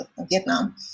Vietnam